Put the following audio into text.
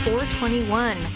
421